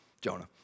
Jonah